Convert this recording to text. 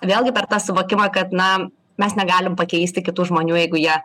vėlgi per tą suvokimą kad na mes negalim pakeisti kitų žmonių jeigu jie